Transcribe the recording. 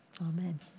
Amen